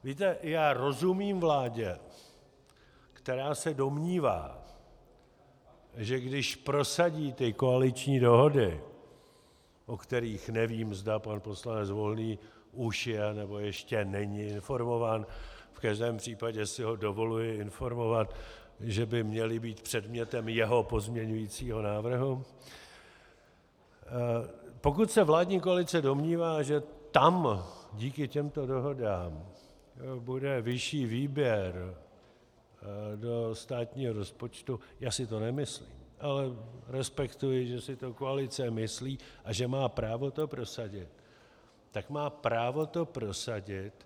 Víte, já rozumím vládě, která se domnívá, že když prosadí ty koaliční dohody, o kterých nevím, zda pan poslanec Volný už je, nebo ještě není informován, v každém případě si ho dovoluji informovat, že by měly být předmětem jeho pozměňujícího návrhu pokud se vládní koalice domnívá, že tam díky těmto dohodám bude vyšší výběr do státního rozpočtu, já si to nemyslím, ale respektuji, že si to koalice myslí a že má právo to prosadit...